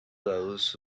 those